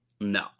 No